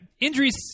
injuries